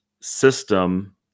system